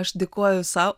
aš dėkoju sau